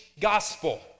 gospel